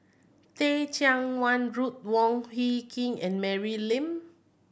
Teh Cheang Wan Ruth Wong Hie King and Mary Lim